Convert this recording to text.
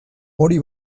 hori